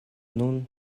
nun